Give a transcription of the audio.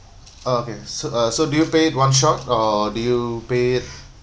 okay so uh so do you pay one shot or do you pay it